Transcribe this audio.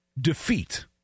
defeat